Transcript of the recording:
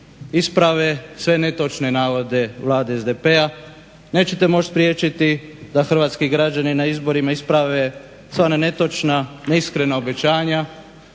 isprave sve netočne navode Vlade SDP-a, nećete moći spriječiti da hrvatski građani na izborima isprave sva ona netočna, neiskrena obećanja